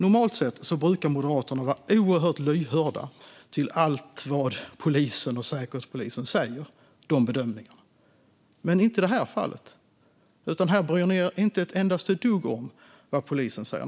Normalt sett brukar Moderaterna vara oerhört lyhörda för allt vad polisen och Säkerhetspolisen säger och deras bedömningar. Men så är det inte i det här fallet. Här bryr ni er inte ett endaste dugg om vad polisen säger.